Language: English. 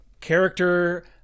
character